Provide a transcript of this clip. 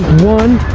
one,